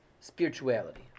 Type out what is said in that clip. Spirituality